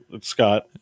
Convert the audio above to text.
Scott